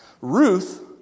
Ruth